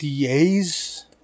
DAs